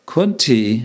Kunti